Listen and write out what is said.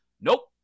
Nope